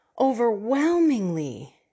overwhelmingly